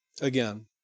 again